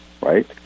right